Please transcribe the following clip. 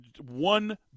one